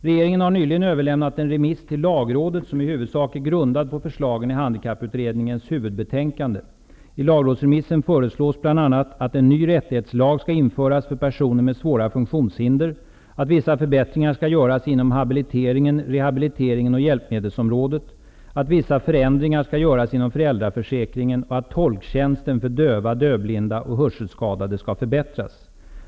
Regeringen har nyligen överlämnat en remiss till lagrådet som i huvudsak är grundad på förslagen i lagrådsremissen föreslås bl.a. att en ny rättighetslag skall införas för personer med svåra funktionshinder, att vissa förbättringar skall göras inom habiliteringen, rehabiliteringen och hjälpmedelsområdet, att vissa förändringar skall göras inom föräldraförsäkringen och att tolktjänsten för döva, dövblinda och hörselskadade skall förbättras.